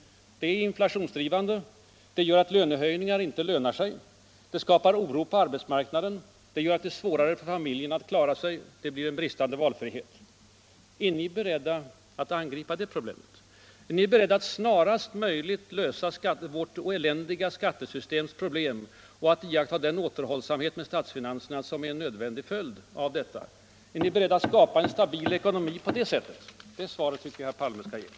Det är inflationsdrivande. Det gör att lönehöjningar inte lönar sig. Det skapar oro på arbetsmarknaden, det gör att det är svårare för barnfamiljerna att klara sig. Det blir en bristande valfrihet. Är ni beredda att angripa detta grundläggande problem? Är ni beredda att snarast möjligt lösa problemen med vårt eländiga skattesystem och att iaktta den återhållsamhet med statsfinanserna som är en nödvändig följd av detta. Är ni beredda att skapa en stabil ekonomi på det sättet. Det tycker jag att herr Palme skall svara på.